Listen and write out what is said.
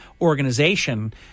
organization